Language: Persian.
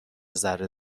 ذره